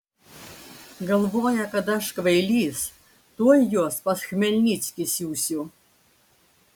galvoja kad aš kvailys tuoj juos pas chmelnickį siųsiu